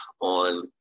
on